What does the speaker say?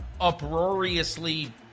uproariously